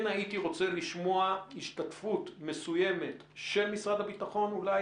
כן הייתי רוצה לשמוע השתתפות מסוימת של משרד הביטחון אולי,